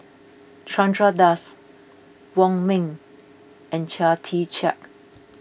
Chandra Das Wong Ming and Chia Tee Chiak